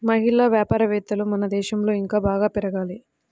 మహిళా వ్యాపారవేత్తలు మన దేశంలో ఇంకా బాగా పెరగాలి